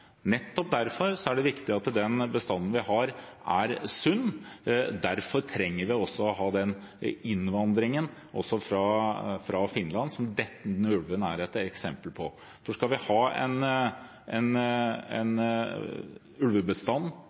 Nettopp derfor er det viktig at den bestanden vi har, er sunn. Derfor trenger vi også å ha den innvandringen fra Finland, som denne ulven er et eksempel på. For skal vi ha en